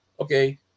okay